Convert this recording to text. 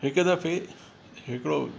हिकु दफ़े हिकिड़ो